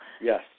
Yes